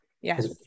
yes